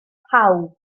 pawb